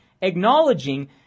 Acknowledging